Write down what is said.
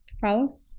Follow